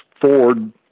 Ford